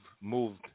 moved